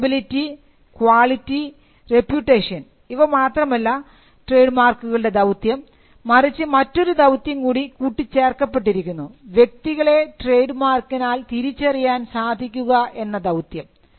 liability quality reputation ഇവ മാത്രമല്ല trade മാർക്കുകളുടെ ദൌത്യം മറിച്ച് മറ്റൊരു ദൌത്യം കൂടി കൂട്ടിച്ചേർക്കപ്പെട്ടിരിക്കുന്നു വ്യക്തികളെ ട്രേഡ് മാർക്കിനാൽ തിരിച്ചറിയുവാൻ സാധിക്കുക എന്ന ദൌത്യം